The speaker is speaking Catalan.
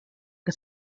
que